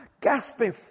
gasping